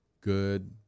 good